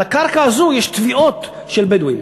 על הקרקע הזאת יש תביעות של בדואים.